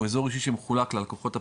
הוא אזור אישי שמחולק ללקוחות הפרטיים,